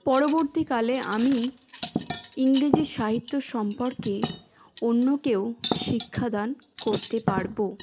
পরবর্তীকালে আমি ইংরেজি সাহিত্য সম্পর্কে অন্যকেও শিক্ষা দান করতে পারব